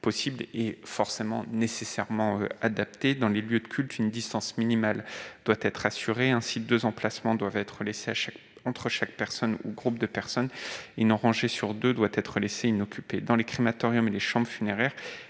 possibles est nécessairement adapté. Ainsi, dans les lieux de culte, une distance minimale doit être assurée : deux emplacements doivent être laissés libres entre deux personnes ou groupes de personnes et une rangée sur deux doit être laissée inoccupée. Dans les crématoriums et les chambres funéraires